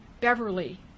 Beverly